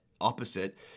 opposite